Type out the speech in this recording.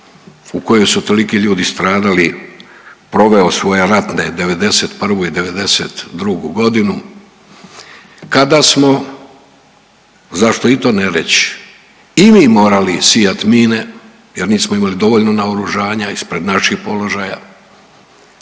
u kojoj su toliki ljudi stradali proveo svoje ratne '91. i '92.g., kada smo, zašto i to ne reći, i mi morali sijat mine jer nismo imali dovoljno naoružanja, ispred naših položaja